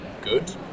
good